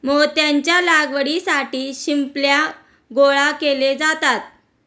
मोत्याच्या लागवडीसाठी शिंपल्या गोळा केले जातात